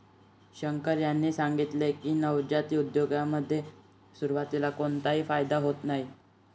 शंकर यांनी सांगितले की, नवजात उद्योजकतेमध्ये सुरुवातीला कोणताही फायदा होत नाही